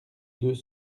deux